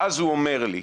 ואז הוא אומר לי: